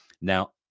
Now